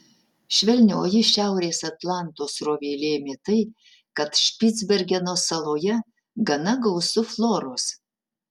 švelnioji šiaurės atlanto srovė lėmė tai kad špicbergeno saloje gana gausu floros